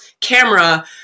camera